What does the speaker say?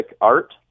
Art